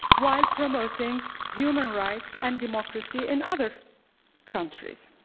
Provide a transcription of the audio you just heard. while promoting human rights and democracy in other countries.